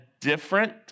different